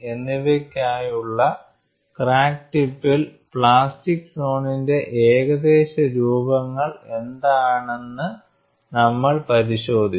എന്നിവയ്ക്കായുള്ള ക്രാക്ക് ടിപ്പിൽ പ്ലാസ്റ്റിക് സോണിന്റെ ഏകദേശ രൂപങ്ങൾ എന്താണെന്ന് നമ്മൾ പരിശോധിച്ചു